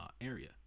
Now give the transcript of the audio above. area